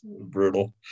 brutal